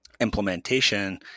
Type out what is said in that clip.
implementation